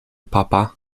papa